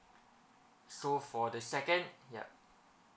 so for the second ya